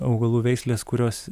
augalų veislės kurios